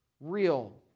real